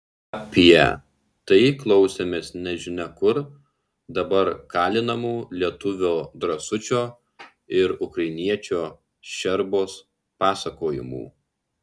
apie tai klausėmės nežinia kur dabar kalinamų lietuvio drąsučio ir ukrainiečio ščerbos pasakojimų